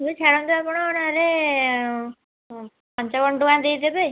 ହଉ ଛାଡ଼ନ୍ତୁ ଆପଣ ନହେଲେ ପଞ୍ଚାବନ ଟଙ୍କା ଦେଇଦେବେ